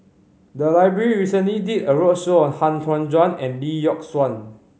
the library recently did a roadshow on Han Tan Juan and Lee Yock Suan